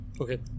Okay